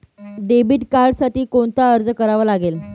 Debit कार्डसाठी कोणता अर्ज करावा लागेल?